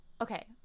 Okay